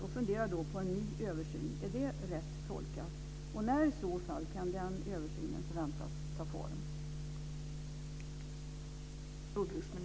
Hon funderar nu på en ny översyn. Är det rätt tolkat? När i så fall kan den översynen förväntas ta form?